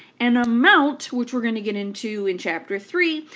and amount, which we're going to get into in chapter three,